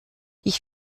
ich